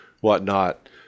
whatnot